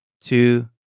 two